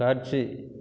காட்சி